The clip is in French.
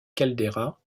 caldeira